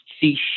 see